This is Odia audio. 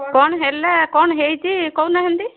କ'ଣ ହେଲା କ'ଣ ହେଇଛି କହୁନାହାଁନ୍ତି